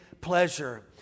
pleasure